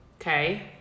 Okay